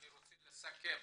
אני רוצה לסכם.